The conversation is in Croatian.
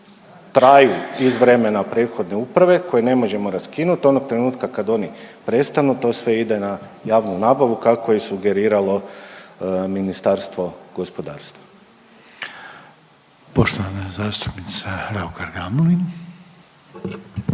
traju iz vremena prethodne uprave koje ne možemo raskinut. Onog trenutka kad oni prestanu to sve idu na javnu nabavu kako je sugeriralo Ministarstvo gospodarstva. **Reiner, Željko (HDZ)** Poštovana zastupnika Raukar Gamulin.